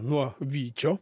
nuo vyčio